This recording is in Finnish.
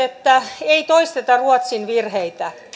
että ei toisteta ruotsin virheitä